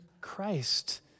Christ